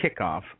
kickoff